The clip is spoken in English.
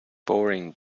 boring